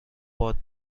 باد